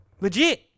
legit